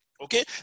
Okay